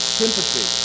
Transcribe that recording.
sympathy